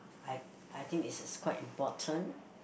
I I think is is quite important